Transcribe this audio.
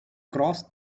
crossed